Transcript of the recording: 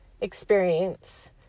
experience